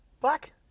Black